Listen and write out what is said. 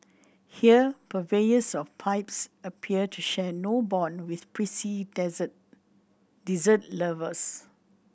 here purveyors of pipes appear to share no bond with prissy dessert lovers